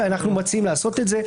ואנחנו מציעים לעשות את זה.